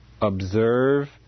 observe